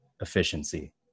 efficiency